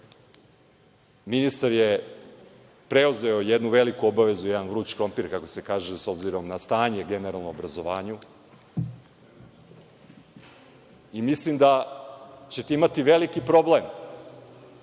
Ministar je preuzeo jednu veliku obavezu, jedan vruć krompir, kako se kaže, s obzirom na stanje generalno u obrazovanju. Mislim da ćete imati veliki problem